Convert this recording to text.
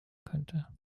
könnte